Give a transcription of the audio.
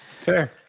Fair